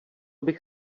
bych